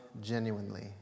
genuinely